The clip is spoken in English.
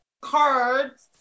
cards